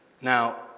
Now